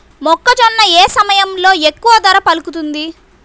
మొక్కజొన్న ఏ సమయంలో ఎక్కువ ధర పలుకుతుంది?